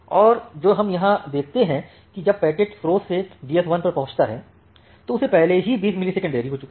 और जो हम यहां देखते हैं कि जब पैकेट स्रोत से डीएस 1 पर पहुँचता है तो उसे पहले ही 20 मिलिसेकेंड देरी हो चुकी है